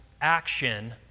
action